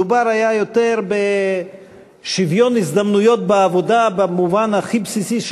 היה מדובר יותר בשוויון הזדמנויות בעבודה במובן הכי בסיסי,